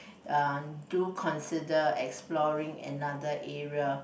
uh do consider exploring another area